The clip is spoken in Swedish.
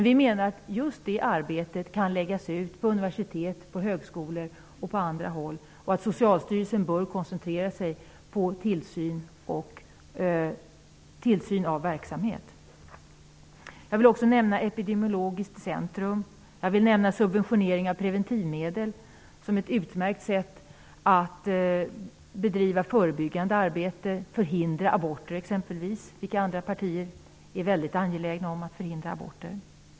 Vi menar att just det arbetet kan läggas ut på universitet, högskolor och andra. Socialstyrelsen bör koncentrera sig på tillsyn av verksamhet. Jag vill också nämna Epidemiologiskt centrum. Subventionering av preventivmedel är ett utmärkt sätt att bedriva förebyggande arbete för att exempelvis förhindra aborter. Andra partier är väldigt angelägna om att förhindra aborter.